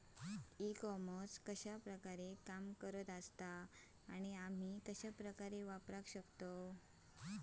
E commerce कश्या प्रकारे काम करता आणि आमी कश्या प्रकारे वापराक शकतू?